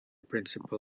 principal